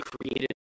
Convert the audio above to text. created